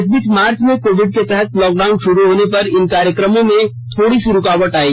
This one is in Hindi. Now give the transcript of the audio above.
इस बीच मार्च में कोविड के तहत लॉकडाउन शुरू होने पर इन कार्यक्रमों में थोडी सी रूकावट आई